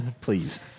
please